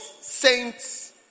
saints